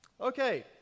Okay